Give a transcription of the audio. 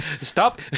Stop